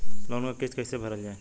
Loan क किस्त कैसे भरल जाए?